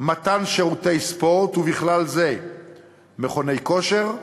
מתן שירותי ספורט ובכלל זה מכוני כושר,